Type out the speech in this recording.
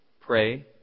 pray